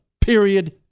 Period